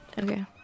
Okay